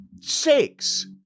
Six